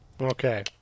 Okay